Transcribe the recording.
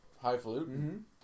highfalutin